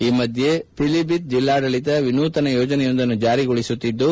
ಈ ಮಧ್ಯೆ ಫಿಲಿಬಿತ್ ಜಿಲ್ಲಾಡಳಿತ ವಿನೂತನ ಯೋಜನೆಯೊಂದನ್ನು ಜಾರಿಗೊಳಿಸುತ್ತಿದ್ದು